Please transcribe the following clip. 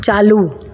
चालू